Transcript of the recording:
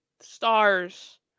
stars